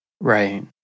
Right